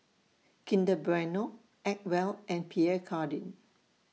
Kinder Bueno Acwell and Pierre Cardin